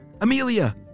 Amelia